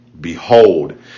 Behold